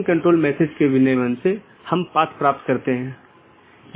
जिसे हम BGP speaker कहते हैं